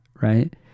Right